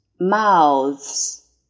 mouths